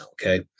Okay